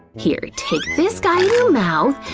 here, take this guy in your mouth,